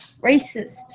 racist